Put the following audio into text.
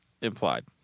implied